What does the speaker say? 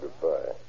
goodbye